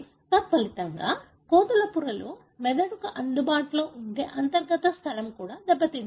తత్ఫలితంగా కోతుల పుర్రెలో మెదడుకు అందుబాటులో ఉండే అంతర్గత స్థలం దెబ్బతింటుంది